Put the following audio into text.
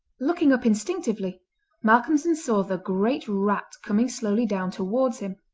looking up instinctively malcolmson saw the great rat coming slowly down towards him,